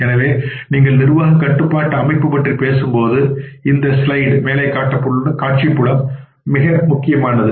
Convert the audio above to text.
எனவே நீங்கள் நிர்வாக கட்டுப்பாட்டு அமைப்பைப் பற்றி பேசும்போது இந்த ஸ்லைடு காட்சிப் புலம் மிக முக்கியமானது